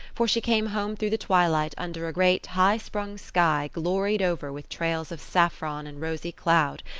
for she came home through the twilight, under a great, high-sprung sky gloried over with trails of saffron and rosy cloud,